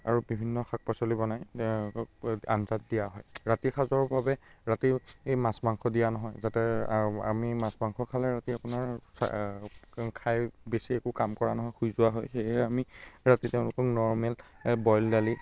আৰু বিভিন্ন শাক পাচলি বনাই আঞ্জাত দিয়া হয় ৰাতিৰ সাঁজৰ বাবে ৰাতি মাছ মাংস দিয়া নহয় যাতে আমি মাছ মাংস খালে ৰাতি আপোনাৰ খাই বেছি একো কাম কৰা নহয় শুই যোৱা হয় সেয়েহে আমি ৰাতি তেওঁলোকক নৰ্মেল বইল দালি